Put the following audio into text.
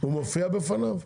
הוא מופיע בפניו?